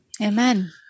Amen